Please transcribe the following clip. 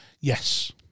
Yes